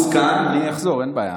אני אחזור, אין בעיה.